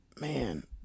Man